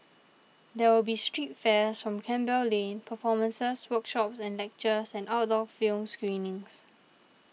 there will be street fairs on Campbell Lane performances workshops and lectures and outdoor film screenings